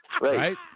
Right